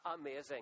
amazing